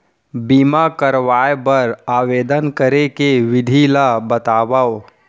बीमा करवाय बर आवेदन करे के विधि ल बतावव?